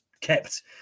kept